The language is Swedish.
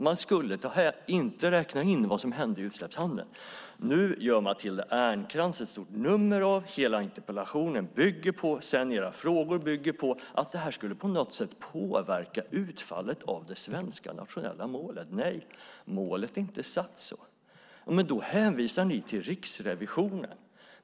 Man skulle inte räkna in vad som hände i utsläppshandeln. Nu gör Matilda Ernkrans ett stort nummer av och hela interpellationen och era frågor bygger på att det här på något sätt skulle påverka utfallet av det svenska nationella målet. Nej, målet är inte satt så. Men då hänvisar ni till Riksrevisionen.